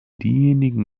diejenigen